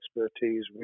expertise